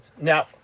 Now